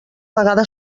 vegada